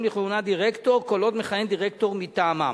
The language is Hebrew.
לכהונת דירקטור כל עוד מכהן דירקטור מטעמם,